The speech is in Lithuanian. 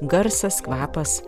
garsas kvapas